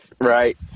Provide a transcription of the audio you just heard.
Right